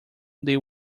they